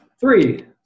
Three